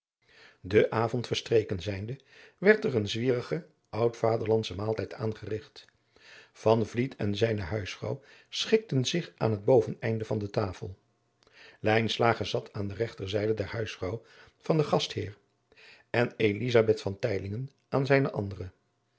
de avond verstreken zijnde werd er een zwierige oudvaderlandsche maaltijd aangerigt van vliet en zijne huisvrouw schikten zich aan het boveneinde van de tafel lijnslager zat aan de regter zijde der huisvrouw van den gastheer en elizabeth van teylingen aan zijne andere